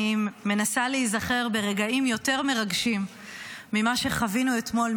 אני מנסה להיזכר ברגעים יותר מרגשים ממה שחווינו אתמול,